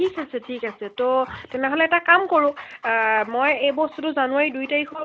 ঠিক আছে ঠিক আছে ত' তেনেহ'লে এটা কাম কৰোঁ মই এই বস্তুটো জানুৱাৰী দুই তাৰিখৰ